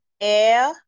air